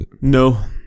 No